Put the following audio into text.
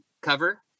cover